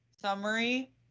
summary